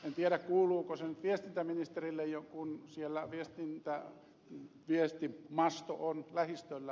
en tiedä kuuluuko se nyt viestintäministerille kun siellä viestimasto on lähistöllä